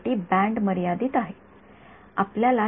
विद्यार्थीः तर वेळः २०३० पहा यापुढे आणखी काही मिळणार नाही